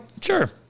Sure